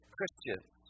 Christians